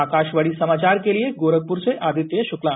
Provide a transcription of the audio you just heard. आकाशवाणी समाचार के लिए गोरखपुर से आदित्य शुक्ला